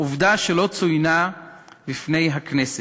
עובדה שלא צוינה בפני הכנסת.